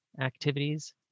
activities